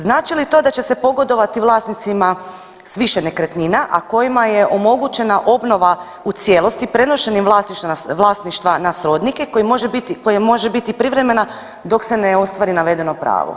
Znači li to da će se pogodovati vlasnicima s više nekretnina, a kojima je omogućena obnova u cijelosti prenošenjem vlasništva na srodnike koji može biti, koje može biti privremena dok se ne ostvari navedeno pravo.